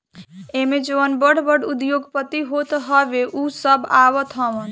एमे जवन बड़ बड़ उद्योगपति होत हवे उ सब आवत हवन